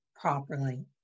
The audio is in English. properly